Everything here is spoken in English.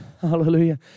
Hallelujah